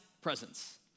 presence